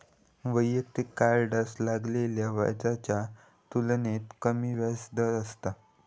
वैयक्तिक कार्डार लावलेल्या व्याजाच्या तुलनेत कमी व्याजदर असतत